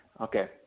Okay